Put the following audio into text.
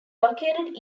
located